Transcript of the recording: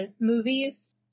movies